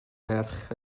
merch